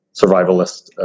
survivalist